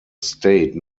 state